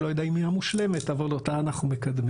אני לא יודע אם היא המושלמת אבל אותה אנחנו מקדמים,